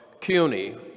CUNY